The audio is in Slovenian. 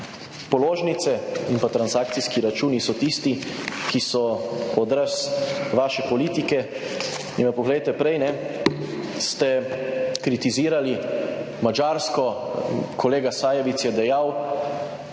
položnice in pa transakcijski računi so tisti, ki so odraz vaše politike. In pa poglejte, prej ste kritizirali Madžarsko, kolega Sajovic je dejal,